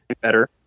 better